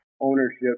ownership